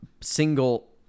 single